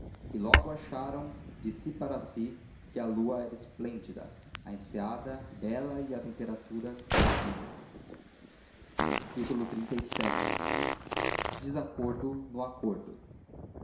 e logo acharam de si para si que a lua era esplêndida a enseada bela e a temperatura divina xxxvii desacordo no acordo